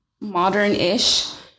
modern-ish